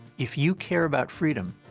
if you care about freedom,